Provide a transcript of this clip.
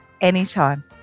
Anytime